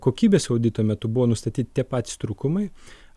kokybės audito metu buvo nustatyti tie patys trūkumai